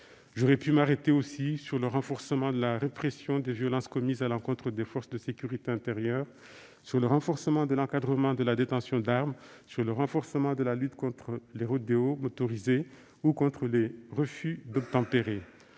J'aurais pu m'arrêter, aussi, sur le renforcement de la répression des violences commises à l'encontre des forces de sécurité intérieure, de l'encadrement de la détention d'armes, ou de la lutte contre les rodéos motorisés et les refus d'obtempérer.